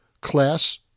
class